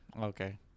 Okay